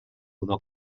donar